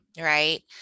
right